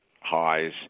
highs